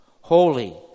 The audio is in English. Holy